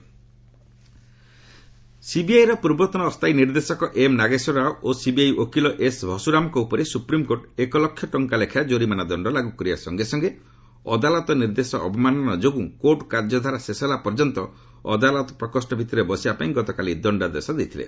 SC CBI ସିବିଆଇର ପୂର୍ବତନ ଅସ୍ଥାୟୀ ନିର୍ଦ୍ଦେଶକ ଏମ୍ ନାଗେଶ୍ୱର ରାଓ ଓ ସିବିଆଇ ଓକିଲ ଏସ୍ ଭସୁରାମଙ୍କ ଉପରେ ସୁପ୍ରିମ୍କୋର୍ଟ ଏକ ଲକ୍ଷ ଟଙ୍କା ଲେଖାଏଁ ଜୋରିମାନା ଦଣ୍ଡ ଲାଗୁ କରିବା ସଙ୍ଗେ ସଙ୍ଗେ ଅଦାଲତ ନିର୍ଦ୍ଦେଶ ଅବମାନନା ଯୋଗୁଁ କୋର୍ଟ କାର୍ଯ୍ୟଧାରା ଶେଷ ହେଲା ପର୍ଯ୍ୟନ୍ତ ଅଦାଲତ ପ୍ରକୋଷ୍ଠ ଭିତରେ ବସିବା ପାଇଁ ଗତକାଲି ଦଣ୍ଡାଦେଶ ଦେଇଥିଲେ